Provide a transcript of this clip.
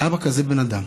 אבא כזה בן אדם,